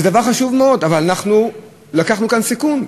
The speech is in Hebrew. זה דבר חשוב מאוד, אבל אנחנו לקחנו כאן סיכון.